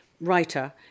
writer